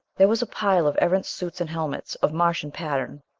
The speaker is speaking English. there was a pile of erentz suits and helmets, of martian pattern,